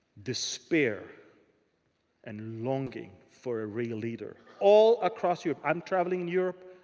despair and longing for a real leader. all across europe. i'm traveling europe.